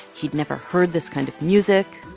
he'd never heard this kind of music.